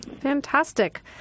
Fantastic